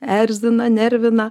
erzina nervina